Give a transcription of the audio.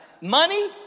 Money